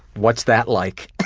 what's that like?